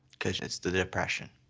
cause it's the depression.